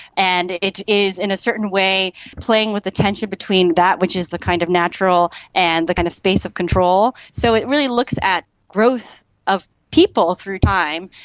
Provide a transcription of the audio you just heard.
and it is in a certain way playing with the tension between that which is the kind of natural and the kind of space of control. so it really looks at growth of people through time,